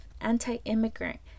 anti-immigrant